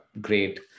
great